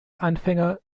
anfänger